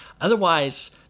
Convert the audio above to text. otherwise